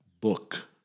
book